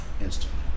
instantly